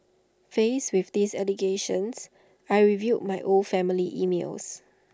faced with these allegations I reviewed my old family emails